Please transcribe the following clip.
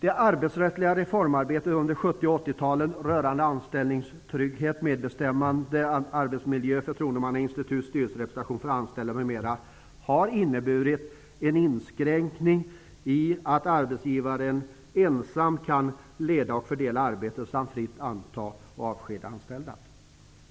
1980-talen rörande anställningstrygghet, medbestämmanderätt, arbetsmiljö, förtroendemannainstitut, styrelserepresentation för anställda m.m. har inneburit en inskränkning i arbetsgivarens rätt att ensam leda och fördela arbetet samt fritt anställa och avskeda anställda.